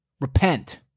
Repent